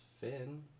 Finn